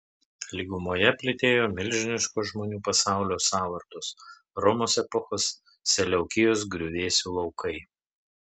lygumoje plytėjo milžiniškos žmonių pasaulio sąvartos romos epochos seleukijos griuvėsių laukai